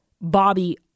Bobby